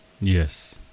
Yes